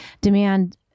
demand